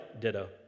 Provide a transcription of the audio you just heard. Ditto